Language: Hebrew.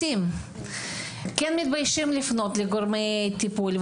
הם מתביישים לפנות לגורמי טיפול,